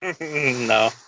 No